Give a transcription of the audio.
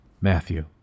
Matthew